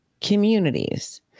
communities